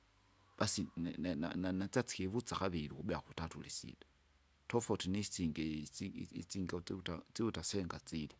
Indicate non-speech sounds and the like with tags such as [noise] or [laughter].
[noise] basi ne- ne- na- na- asasi ikivusa kaviri ukubia kutatu ulisida, tofauti nisinge isi- isi- isinge useuta usivuta senga slye.